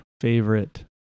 favorite